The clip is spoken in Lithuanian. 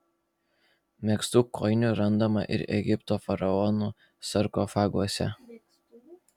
megztų kojinių randama ir egipto faraonų sarkofaguose